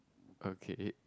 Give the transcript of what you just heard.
okay